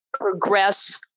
progress